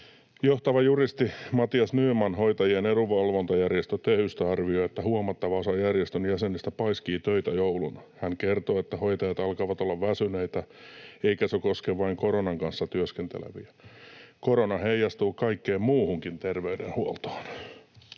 Johtava juristi Matias Nyman hoitajien edunvalvontajärjestö Tehystä arvioi, että huomattava osa järjestön jäsenistä paiskii töitä jouluna. Hän kertoo, että hoitajat alkavat olla väsyneitä, eikä se koske vain koronan kanssa työskenteleviä. Korona heijastuu kaikkeen muuhunkin terveydenhuoltoon.